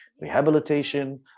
rehabilitation